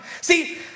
See